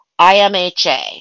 IMHA